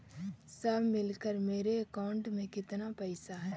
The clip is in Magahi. सब मिलकर मेरे अकाउंट में केतना पैसा है?